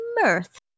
mirth